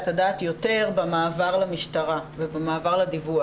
את הדעת יותר במעבר למשטרה ובמעבר לדיווח,